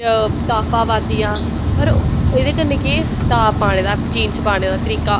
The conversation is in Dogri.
टॉपां पांदियां पर एह्दे कन्ने केह् टॉप पाने दा जीनस पाने दा तरीका